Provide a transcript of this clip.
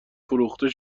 فروخته